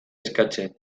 eskatzen